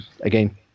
again